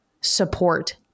support